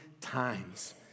times